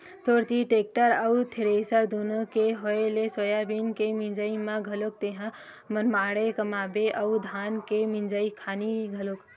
तोर तीर टेक्टर अउ थेरेसर दुनो के होय ले सोयाबीन के मिंजई म घलोक तेंहा मनमाड़े कमाबे अउ धान के मिंजई खानी घलोक